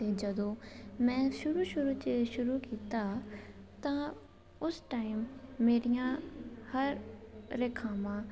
ਅਤੇ ਜਦੋਂ ਮੈਂ ਸ਼ੁਰੂ ਸ਼ੁਰੂ 'ਚ ਸ਼ੁਰੂ ਕੀਤਾ ਤਾਂ ਉਸ ਟਾਈਮ ਮੇਰੀਆਂ ਹਰ ਰੇਖਾਵਾਂ